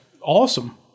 awesome